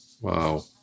Wow